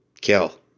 kill